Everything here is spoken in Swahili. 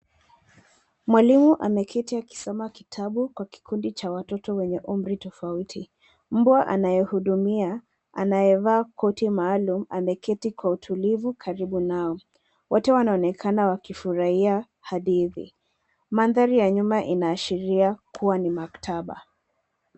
Mwalimu ameketi akisoma kitabu kwa kikundi cha watoto wenye umri tofauti. Mbwa anayehudumia, anayevaa koti maalum ameketi kwa utulivu karibu nao. Wote wanaonekana wakifurahia hadithi. Mandhari ya nyuma inaashiria kuwa ni maktaba.